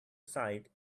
sight